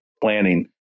planning